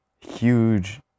Huge